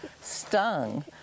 stung